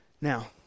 Now